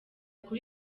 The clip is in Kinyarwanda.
kuri